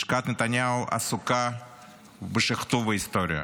לשכת נתניהו עסוקה בשכתוב ההיסטוריה.